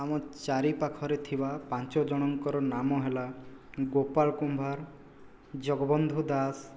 ଆମ ଚାରି ପାଖରେ ଥିବା ପାଞ୍ଚ ଜଣଙ୍କର ନାମ ହେଲା ଗୋପାଳ କୁମ୍ଭାର ଜଗବନ୍ଧୁ ଦାସ